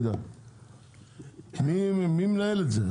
מי מנהל את זה?